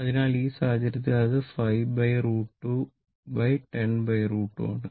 അതിനാൽ ഈ സാഹചര്യത്തിൽ ഇത് 5√ 210√ 2 ആണ്